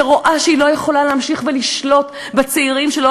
שרואה שהיא לא יכולה להמשיך ולשלוט בצעירים שלא